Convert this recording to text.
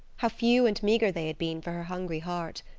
how few and meager they had been for her hungry heart!